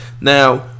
Now